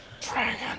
Dragon